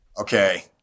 Okay